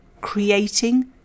creating